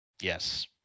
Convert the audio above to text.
Yes